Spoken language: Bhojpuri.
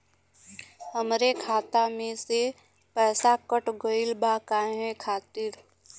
हमरे खाता में से पैसाकट गइल बा काहे खातिर?